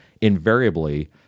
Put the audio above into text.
invariably